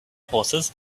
horses